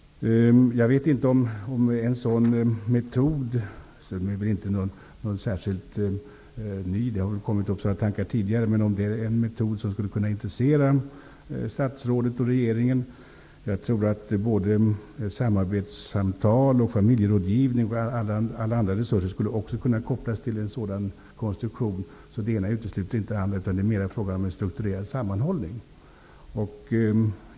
Jag vet inte om en sådan metod, vilken kanske inte är helt ny, skulle kunna intressera statsrådet och regeringen. Jag tror att både samarbetssamtal, familjerådgivning och alla andra resurser skulle kunna kopplas till en sådan konstruktion. Det ena utesluter därför inte det andra. Det är mer fråga om en strukturerad sammanhållning.